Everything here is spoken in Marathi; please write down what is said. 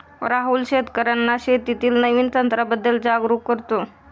राहुल शेतकर्यांना शेतीतील नवीन तंत्रांबद्दल जागरूक करतो